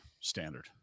standard